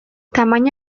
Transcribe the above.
tamaina